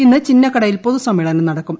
ഇന്ന് ചിന്നക്കടയിൽ പൊതുസമ്മേളനം നടക്കും